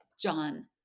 John